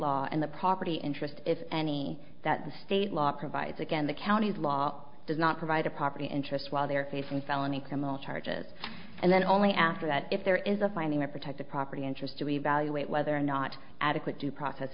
law and the property interest if any that the state law provides again the county's law does not provide a property interest while they're facing felony criminal charges and then only after that if there is a finding that protect the property interest to evaluate whether or not adequate due process